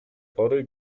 pory